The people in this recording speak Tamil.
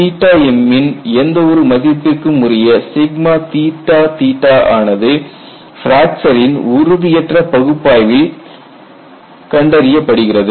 m ன் எந்த ஒரு மதிப்பிற்கும் உரிய ஆனது பிராக்சரின் உறுதியற்ற பகுப்பாய்வில் கண்டறியப்படுகிறது